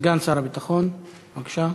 סגן שר הביטחון, בבקשה.